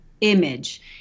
image